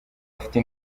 afite